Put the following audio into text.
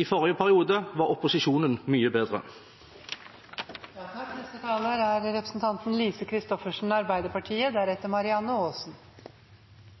i forrige periode var opposisjonen mye bedre. I denne debatten har Høyre og Fremskrittspartiet gjentatt og gjentatt at budsjettet for 2017 er